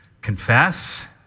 Confess